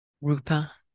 Rupa